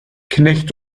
knecht